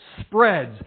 spreads